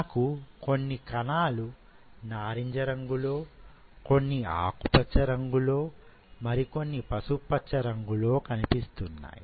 నాకు కొన్ని కణాలు నారింజ రంగులో కొన్ని ఆకుపచ్చ రంగులో మరికొన్ని పసుపు పచ్చ రంగులో కనిపిస్తున్నాయి